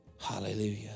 Hallelujah